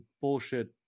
bullshit